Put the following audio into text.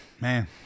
Man